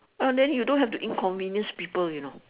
ah then you don't have to inconvenience people you know